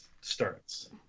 starts